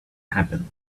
happen